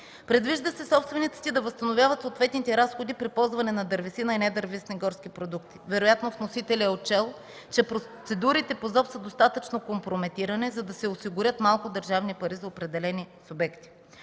Предвижда се собствениците да възстановяват съответните разходи при ползване на дървесина и недървесни горски продукти. Вероятно вносителят е отчел, че процедурите по Закона за обществените поръчки (ЗОП) са достатъчно компрометирани, за да се осигурят малко държавни пари за определени субекти.